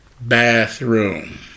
bathroom